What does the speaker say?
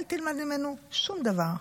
אל תלמד ממנו שום דבר.